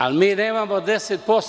Ali, mi nemamo 10%